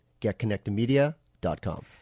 getconnectedmedia.com